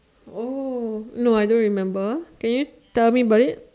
oh no I don't remember can you tell me about it